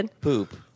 Poop